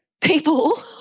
People